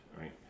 Right